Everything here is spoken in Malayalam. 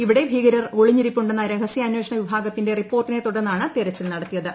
ഇവിടെ ഭീകരർ ഒളിഞ്ഞിരിപ്പുണ്ടെന്ന രഹസ്യാന്വേഷണ വിഭാഗത്തിന്റെ റിപ്പോർട്ടിനെ തുടർന്നാണ് തെരച്ചിൽ നടത്തിയത്